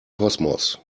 kosmos